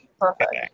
Perfect